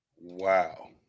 Wow